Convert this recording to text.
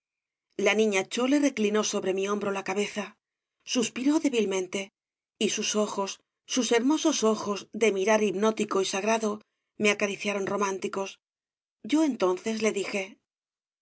la niña chole reclinó sobre mi hombro la cabeza suspiró débilmente y sus ojos sus hermosos ojos cte fc obras de valle inclan mirar hipnótico y sagrado me acariciaron románticos yo entonces le dije